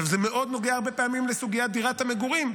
הרבה פעמים זה נוגע לסוגיית דירת המגורים.